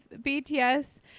BTS